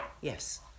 yes